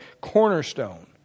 Cornerstone